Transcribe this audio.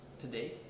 today